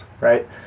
right